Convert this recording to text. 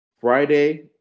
Friday